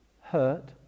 hurt